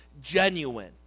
genuine